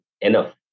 enough